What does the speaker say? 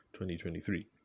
2023